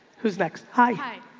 who's next? hi, hi,